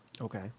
Okay